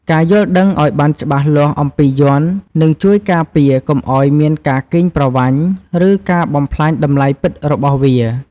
ការយល់ដឹងឱ្យបានច្បាស់លាស់អំពីយ័ន្ត នឹងជួយការពារកុំឱ្យមានការកេងប្រវ័ញ្ច ឬការបំផ្លាញតម្លៃពិតរបស់វា។